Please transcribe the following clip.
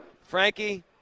Frankie